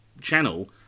channel